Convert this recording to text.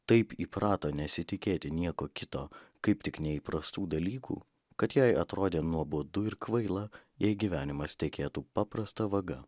taip įprato nesitikėti nieko kito kaip tik neįprastų dalykų kad jai atrodė nuobodu ir kvaila jei gyvenimas tekėtų paprasta vaga